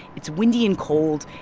it's windy and cold.